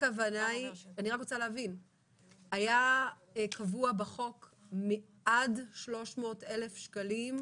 היה קבוע בחוק עד 300,000 שקלים,